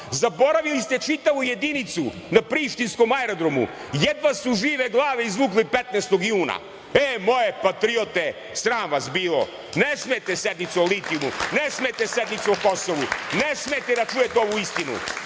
Zaboravili ste čitavu jedinicu na Prištinskom aerodromu, jedva su žive glave izvukli 15.juna.E, moje patriote, sram vas bilo. Ne smete sednicu o litijumu. Ne smete sednicu o Kosovu. Ne smete da čujete ovu istinu.